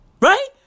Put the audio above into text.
Right